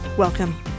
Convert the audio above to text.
Welcome